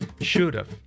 should've